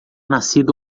nascido